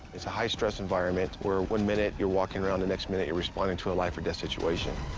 it's a high stress environment where one minute you're walking around, the next minute your responding to a life or death situation.